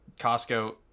Costco